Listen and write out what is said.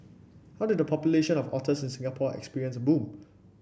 how did the population of otters in Singapore experience a boom